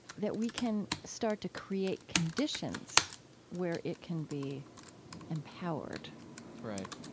that we can start to create conditions where it can be empowered right.